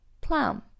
Plum